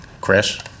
Chris